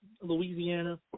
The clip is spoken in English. Louisiana